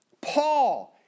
Paul